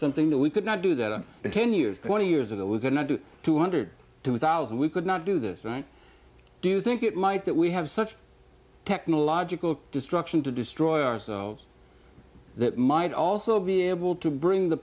something that we could not do that on ten years twenty years ago we could not do two hundred and two thousand we could not do this right do you think it might that we have such technological destruction to destroy ourselves that might also be able to bring the